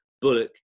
Bullock